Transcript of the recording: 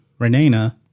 Renana